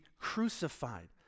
crucified